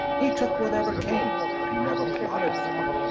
he took whatever came, but he never plotted for it,